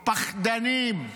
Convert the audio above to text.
פחדנים.